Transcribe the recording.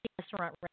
restaurant